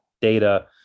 data